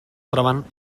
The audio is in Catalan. troben